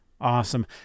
Awesome